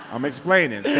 i'm explaining yeah